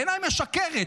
בעיניי משקרת,